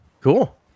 cool